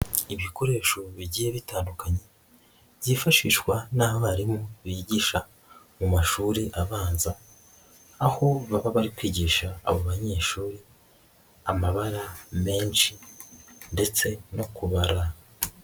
Ibikoresho bigiye bitandukanye, byifashishwa n'abarimu bigisha mu mashuri abanza, aho baba bari kwigisha abo banyeshuri, amabara menshi ndetse no kubara.